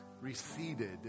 receded